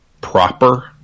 proper